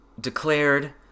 declared